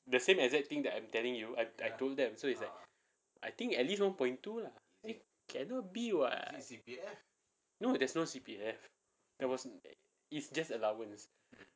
the same exact thing that I'm telling you I I told them so it's like I think at least one point two lah eh cannot be [what] no there's no C_P_F there was it's just allowance